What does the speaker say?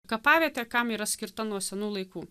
kapavietė kam yra skirta nuo senų laikų